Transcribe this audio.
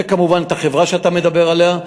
וכמובן את החברה שאתה מדבר עליה.